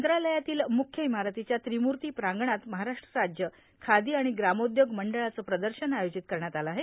मंत्रालयातील मुख्य इमारतीच्या त्रिमूर्ती प्रांगणात महाराष्ट्र राज्य खादी आणि ग्रामोद्योग मंडळाचं प्रदर्शन आयोजित करण्यात आलं आहे